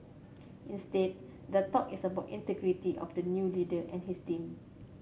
instead the talk is about integrity of the new leader and his team